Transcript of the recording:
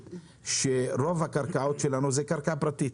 זה שרוב הקרקעות שלנו הן קרקעות פרטיות.